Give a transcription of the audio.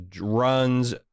runs